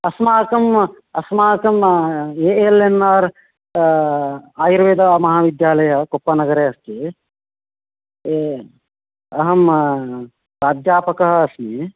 अस्माकम् अस्माकं A L N R आयुर्वेदमहाविद्यालयः कोप्पनगरे अस्ति अहं प्राध्यापकः अस्मि